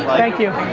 thank you.